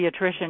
pediatrician